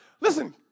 listen